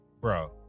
bro